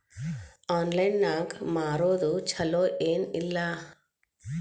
Online ನಾಗ್ ಮಾರೋದು ಛಲೋ ಏನ್ ಇಲ್ಲ?